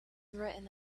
written